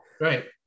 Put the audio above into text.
right